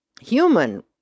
human